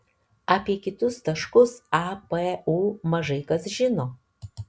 apie kitus taškus a p u mažai kas žino